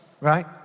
right